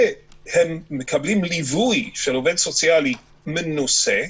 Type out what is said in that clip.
והם מקבלים ליווי של עובד סוציאלי מנוסה,